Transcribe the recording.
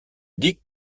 dict